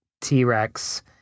T-Rex